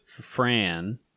Fran